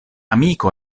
amiko